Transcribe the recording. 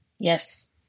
Yes